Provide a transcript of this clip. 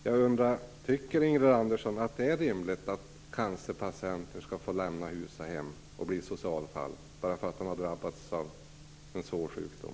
Jag undrar om Ingrid Andersson tycker att det är rimligt att cancerpatienter skall få lämna hus och hem och bli socialfall bara för att de har drabbats av en svår sjukdom.